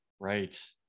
Right